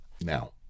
Now